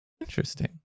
Interesting